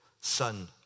son